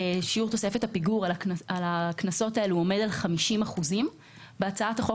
שיעור תוספת הפיגור עומד על 50%. בהצעת החוק